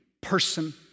person